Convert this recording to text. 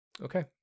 Okay